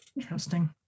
Interesting